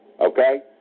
okay